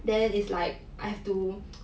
then is like I have to